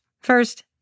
First